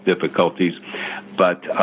difficulties—but